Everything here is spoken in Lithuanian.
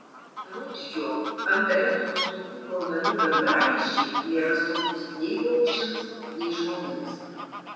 anot jo ant elektros stulpų kraunami gandralizdžiai nėra saugūs nei paukščiams nei žmonėms